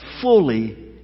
fully